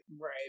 right